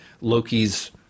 Loki's